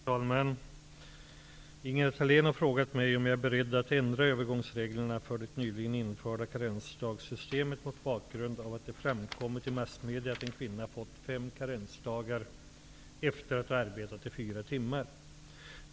Herr talman! Ingela Thalén har frågat mig om jag är beredd att ändra övergångsreglerna för det nyligen införda karensdagssystemet mot bakgrund av att det framkommit i massmediernaa att en kvinna fått fem karensdagar efter att ha arbetat fyra timmar.